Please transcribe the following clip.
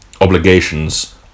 obligations